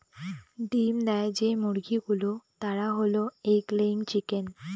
ডিম দেয় যে মুরগি গুলো তারা হল এগ লেয়িং চিকেন